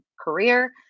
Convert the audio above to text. career